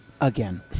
again